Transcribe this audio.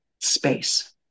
space